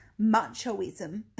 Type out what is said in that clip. machoism